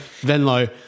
Venlo